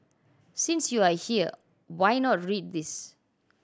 since you are here why not read this